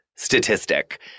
statistic